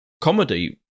comedy